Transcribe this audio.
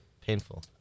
painful